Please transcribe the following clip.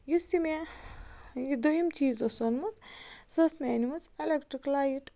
یُس یہِ مےٚ یہِ دۄیِم چیٖز اوس اوٚنمُت سۄ ٲس مےٚ أنۍ مٕژ اٮ۪لٮ۪کٹِرٛک لایِٹ